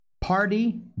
party